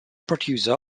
producer